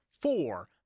Four